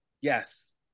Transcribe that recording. yes